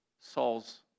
Saul's